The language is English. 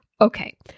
Okay